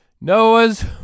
Noah's